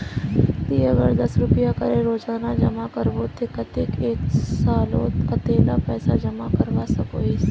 ती अगर दस रुपया करे रोजाना जमा करबो ते कतेक एक सालोत कतेला पैसा जमा करवा सकोहिस?